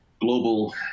global